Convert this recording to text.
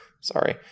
Sorry